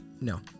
No